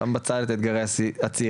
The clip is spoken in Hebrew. ואני שם בצד את אתגרי הצעירים,